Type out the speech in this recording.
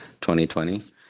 2020